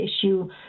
issue